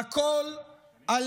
והכול על